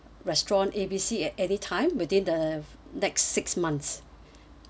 restaurant A B C at anytime within the next six months